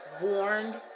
warned